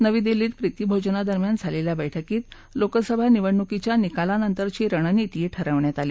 नवी दिल्लीत प्रीती भोजनादरम्यान झालखा या बैठकीत लोकसभा निवडणुकीच्या निकालानंतरची रणनीती ठरवण्यात आली